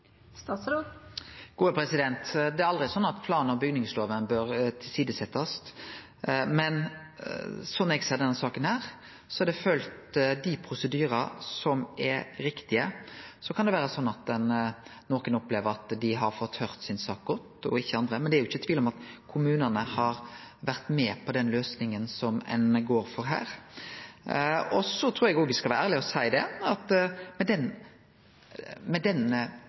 Det er aldri slik at plan- og bygningslova bør setjast til side, men slik eg ser denne saka, har ein følgt dei prosedyrane som er riktige. Så kan det vere slik at nokon opplever at dei har fått høyrt saka si godt, og andre ikkje, men det er ikkje tvil om at kommunane har vore med på den løysinga som ein går for her. Så trur eg også me skal vere ærlege og seie at med den måten me har organisert dette på, med